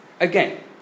Again